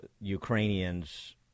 Ukrainians